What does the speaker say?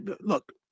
look